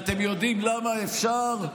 ואתם יודעים למה אפשר?